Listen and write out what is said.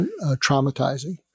traumatizing